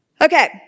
Okay